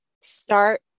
start